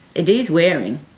it is wearing.